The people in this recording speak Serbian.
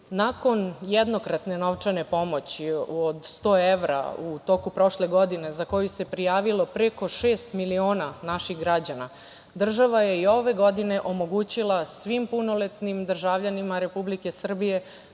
jednokratne novčane pomoći od 100 evra u toku prošle godine, za koju se prijavilo preko šest miliona naših građana, država je i ove godine omogućila svim punoletnim državljanima Republike Srbije